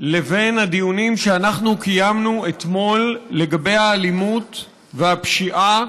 לבין הדיונים שאנחנו קיימנו אתמול לגבי האלימות והפשיעה